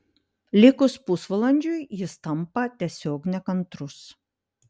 likus pusvalandžiui jis tampa tiesiog nekantrus